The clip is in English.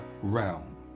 realm